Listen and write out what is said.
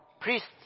priests